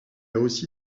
aussi